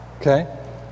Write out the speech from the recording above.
Okay